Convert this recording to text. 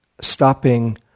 stopping